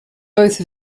both